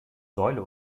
säule